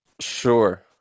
Sure